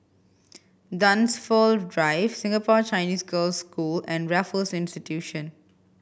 Dunsfold Drive Singapore Chinese Girls' School and Raffles Institution